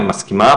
אני מסכימה,